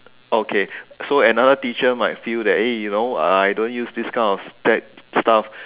okay so another teacher might feel that eh you know I don't use these kind of tech stuff